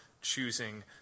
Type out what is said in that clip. choosing